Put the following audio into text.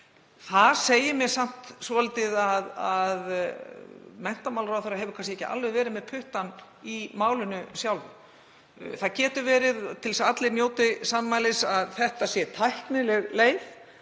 Það segir mér samt svolítið að menntamálaráðherra hafi kannski ekki alveg verið með puttana í málinu sjálf. Það getur verið, til þess að allir njóti sannmælis, að þetta sé tæknileg leið,